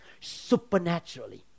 Supernaturally